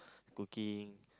cooking